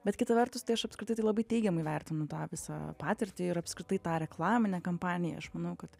bet kita vertus tai aš apskritai tai labai teigiamai vertinu tą visą patirtį ir apskritai tą reklaminę kampaniją aš manau kad